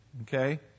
Okay